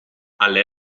alle